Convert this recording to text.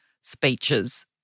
speeches